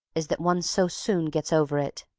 is that one so soon gets over it.